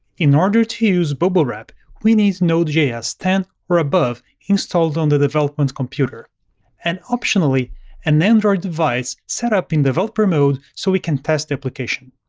in order to use bubblewrap, we need node js ten or above installed on the development computer and optionally an android device set up in developer mode so we can test the application.